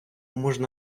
можна